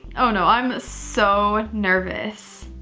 oh no i'm so nervous,